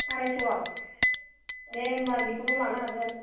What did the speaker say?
आरायस'आव दे होमब्ला बिखौनो लानो हागोन